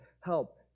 help